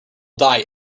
die